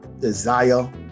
desire